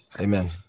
Amen